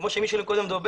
כפי שמישל אמר קודם,